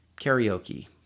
Karaoke